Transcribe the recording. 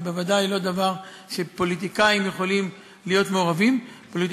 זה בוודאי לא דבר שפוליטיקאים יכולים להיות מעורבים בו.